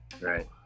right